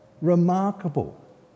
Remarkable